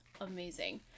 amazing